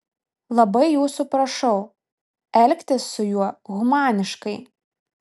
labai jūsų prašau elgtis su juo humaniškai